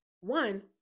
one